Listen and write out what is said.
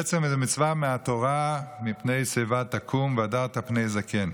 בעצם זו מצווה מהתורה: "מפני שיבה תקום והדרת פני זקן",